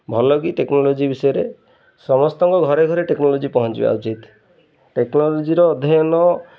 ଭଲ କି ଟେକ୍ନୋଲୋଜି ବିଷୟରେ ସମସ୍ତଙ୍କ ଘରେ ଘରେ ଟେକ୍ନୋଲୋଜି ପହଞ୍ଚିବା ଉଚିତ୍ ଟେକ୍ନୋଲୋଜିର ଅଧ୍ୟୟନ